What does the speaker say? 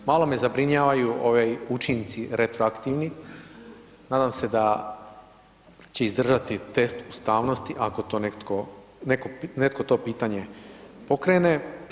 Malo me zabrinjavaju ovi učenici, retroaktivni, nadam se da će izdržati test ustavnosti, ako to netko to pitanje pokrene.